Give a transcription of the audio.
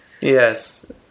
Yes